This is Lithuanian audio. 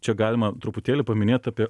čia galima truputėlį paminėt apie